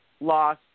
Loss